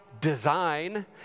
design